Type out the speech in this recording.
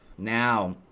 Now